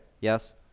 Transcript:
yes